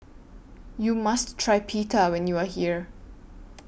YOU must Try Pita when YOU Are here